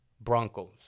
Broncos